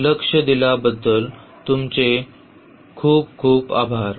लक्ष दिल्याबद्दल तुमचे अनेकानेक आभार